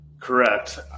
Correct